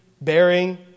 bearing